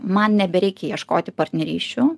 man nebereikia ieškoti partnerysčių